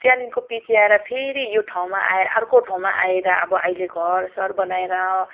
त्यहाँदेखि पछि आएर फेरि यो ठाउँमा आएर अर्को ठाउँमा आएर अब अहिले घर सर बनाएर